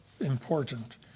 important